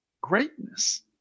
greatness